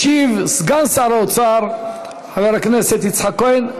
ישיב סגן שר האוצר חבר הכנסת יצחק כהן.